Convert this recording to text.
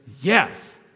yes